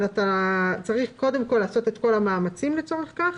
אבל אתה צריך קודם כול לעשות את כל המאמצים לצורך כך.